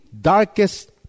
darkest